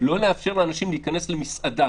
לא לאפשר לאנשים להיכנס למסעדה